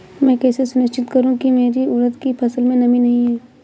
मैं कैसे सुनिश्चित करूँ की मेरी उड़द की फसल में नमी नहीं है?